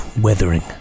Weathering